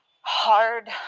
hard